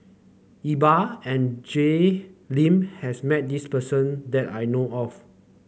Iqbal and Jay Lim has met this person that I know of